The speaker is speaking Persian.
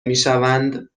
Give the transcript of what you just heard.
میشوند